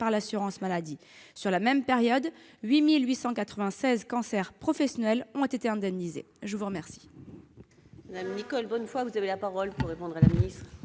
l'assurance maladie. Sur la même période, 8 896 cancers professionnels ont été indemnisés. La parole